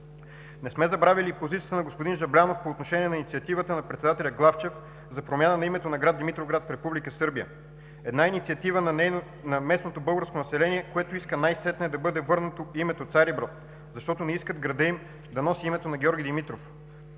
Не сме забравили и позицията на господин Жаблянов по отношение на инициативата на председателя Главчев за промяна на името на град Димитровград в Република Сърбия. Една инициатива на местното българско население, което иска най-сетне да бъде върнато името Цариброд, защото не искат градът им да носи името на Георги Димитров